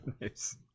Nice